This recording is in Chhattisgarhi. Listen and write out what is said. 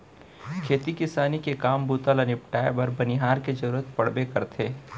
खेती किसानी के काम बूता ल निपटाए बर बनिहार के जरूरत पड़बे करथे